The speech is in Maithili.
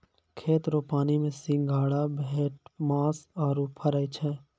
खेत रो पानी मे सिंघारा, भेटमास आरु फरै छै